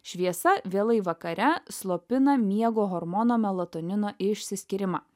šviesa vėlai vakare slopina miego hormono melatonino išsiskyrimą